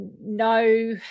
no